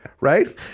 right